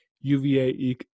UVA